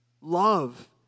love